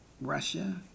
Russia